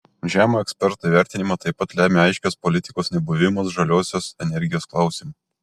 žemą ekspertų įvertinimą taip pat lemią aiškios politikos nebuvimas žaliosios energijos klausimu